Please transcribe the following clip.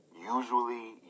Usually